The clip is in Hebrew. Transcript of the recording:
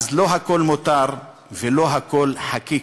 לא הכול מותר ולא הכול חקיק,